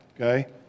okay